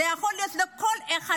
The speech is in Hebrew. זה יכול להיות לכל אחד,